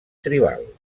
tribal